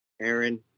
Aaron